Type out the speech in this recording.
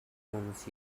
homes